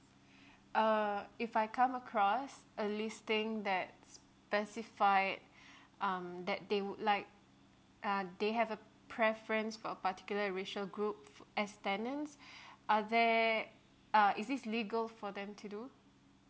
uh if I come across a listing that specified um that they would like err they have a preference for a particular racial group as tenants are there uh is this legal for them to do